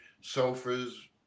sofas